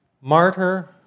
Martyr